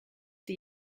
die